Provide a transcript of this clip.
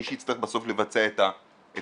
מי שיצטרך בסוף לבצע את הבדיקות,